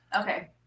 Okay